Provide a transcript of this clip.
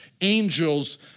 angels